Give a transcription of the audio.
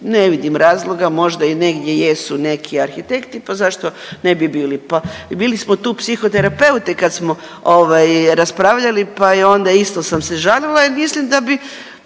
Ne vidim razloga možda i negdje jesu neki arhitekti pa zašto ne bi bili, pa bili smo tu psihoterapeute kad smo ovaj raspravljali pa je onda isto sam se žalila jer mislim da bi,